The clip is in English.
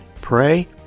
Pray